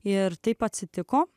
ir taip atsitiko